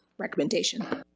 recommendation.